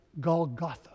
Golgotha